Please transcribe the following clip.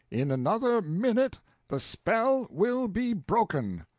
in another minute the spell will be broken,